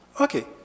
Okay